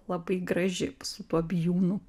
labai graži su tuo bijūnu